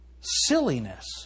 silliness